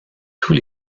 tous